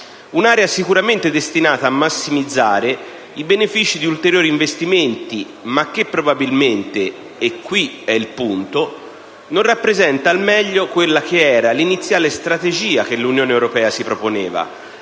un'area sicuramente destinata a massimizzare i benefici di ulteriori investimenti, ma che probabilmente - e qui è il punto - non rappresenta al meglio quella che era l'iniziale strategia che l'Unione europea si proponeva,